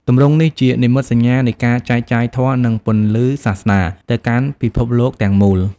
ទម្រង់នេះជានិមិត្តសញ្ញានៃការចែកចាយធម៌ និងពន្លឺសាសនា ទៅកាន់ពិភពលោកទាំងមូល។